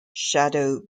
shadow